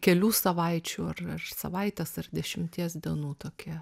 kelių savaičių ar savaitės ar dešimties dienų tokie